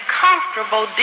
comfortable